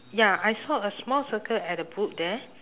ya I saw a small circle at the boot there